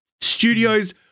studios